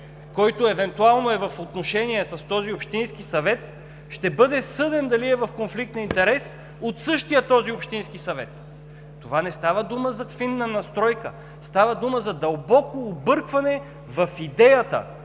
който евентуално е в отношение с този общински съвет, ще бъде съден дали е в конфликт на интереси от същия този общински съвет. Не става дума за фина настройка. Става дума за дълбоко объркване в идеята